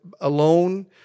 alone